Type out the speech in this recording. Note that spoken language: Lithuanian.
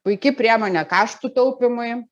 puiki priemonė karštų taupymui